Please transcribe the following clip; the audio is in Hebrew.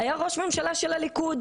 היה ראש ממשלה מהליכוד,